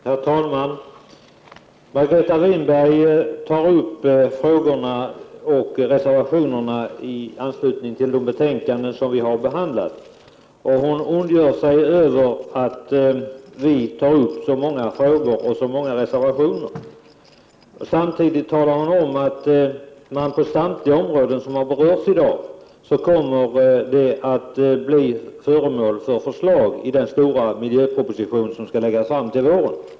Herr talman! Margareta Winberg tar upp frågorna och reservationerna i anslutning till de betänkanden som vi behandlat, och hon ondgör sig över att vi har tagit upp så många frågor och reservationer. Samtidigt talar hon om att det på samtliga de områden som i dag har berörts kommer att finnas förslag i den stora miljöproposition som skall läggas fram till våren.